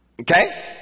Okay